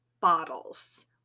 bottles